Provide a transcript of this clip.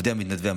עובדיה ומתנדביה.